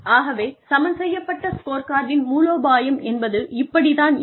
ஆகவே சமன் செய்யப்பட்ட ஸ்கோர்கார்டின் மூலோபாயம் என்பது இப்படி தான் இருக்கும்